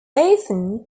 often